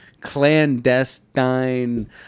clandestine